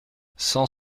cent